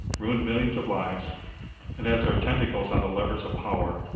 ruined millions of lives and has their tentacles on the levers of power,